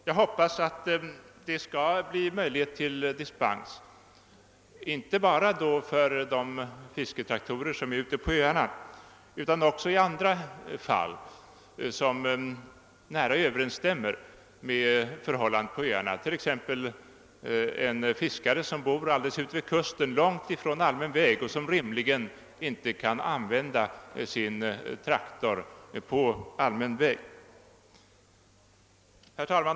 Jag hoppas att det skall ges möjlighet till dispens, inte bara för fisketraktorerna ute på öarna utan också i andra fall som nära Överensstämmer med dessa fall, t.ex. i fråga om fiskare som bor alldeles utmed kusten, långt ifrån allmän väg, och som inte rimligen kan använda sina traktorer på allmän väg. Herr talman!